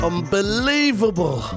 Unbelievable